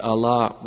Allah